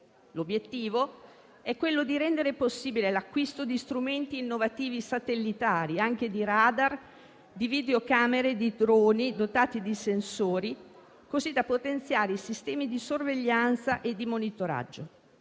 L'obiettivo è rendere possibile l'acquisto di strumenti innovativi satellitari, anche radar, videocamere, droni dotati di sensori, così da potenziare i sistemi di sorveglianza e di monitoraggio,